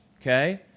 okay